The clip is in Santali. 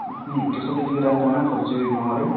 ᱪᱚᱥᱚᱴᱤ ᱡᱤᱵᱤ ᱨᱮᱢ ᱛᱟᱦᱮᱱᱟ ᱯᱷᱳᱨ ᱡᱤᱱᱤ ᱢᱮᱢᱳᱨᱤ